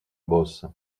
beauce